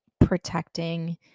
protecting